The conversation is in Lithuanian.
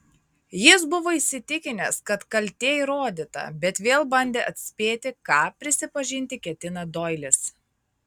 jis buvo įsitikinęs kad kaltė įrodyta bet vėl bandė atspėti ką prisipažinti ketina doilis